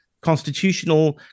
constitutional